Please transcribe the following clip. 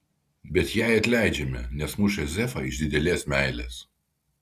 bet jai atleidžiame nes mušė zefą iš didelės meilės